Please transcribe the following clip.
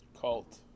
Cult